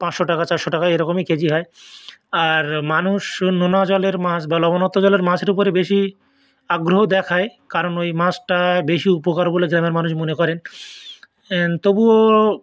পাঁচশো টাকা চারশো টাকা এরকমই কেজি হয় আর মানুষ নোনা জলের মাছ বা লবণাক্ত জলের মাছের ওপরে বেশি আগ্রহ দেখায় কারণ ওই মাছটায় বেশি উপকার বলে গ্রামের মানুষ মনে করেন তবুও